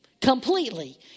completely